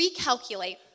recalculate